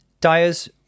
Dyer's